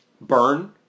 Burn